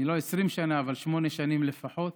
אני לא 20 שנה, אבל שמונה שנים לפחות,